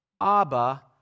Abba